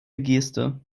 geste